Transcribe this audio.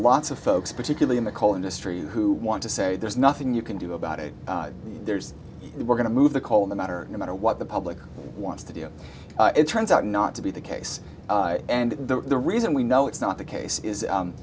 lots of folks particularly in the coal industry who want to say there's nothing you can do about it there's no we're going to move the coal in the matter no matter what the public wants to do it turns out not to be the case and the reason we know it's not the case is